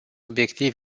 obiectiv